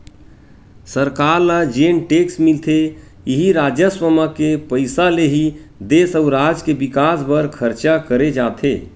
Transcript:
सरकार ल जेन टेक्स मिलथे इही राजस्व म के पइसा ले ही देस अउ राज के बिकास बर खरचा करे जाथे